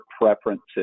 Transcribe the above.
preferences